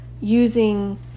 using